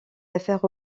affaires